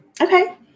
Okay